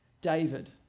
David